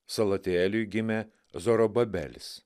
salatijėliui gimė zorobabelis